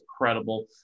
incredible